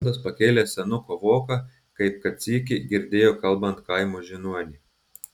bertoldas pakėlė senuko voką kaip kad sykį girdėjo kalbant kaimo žiniuonį